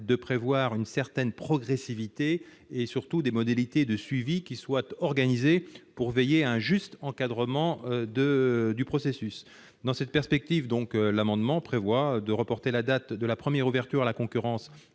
de prévoir une certaine progressivité et, surtout, des modalités de suivi pour veiller à un juste encadrement du processus. Dans cette perspective, l'amendement a pour objet de reporter la date de la première ouverture à la concurrence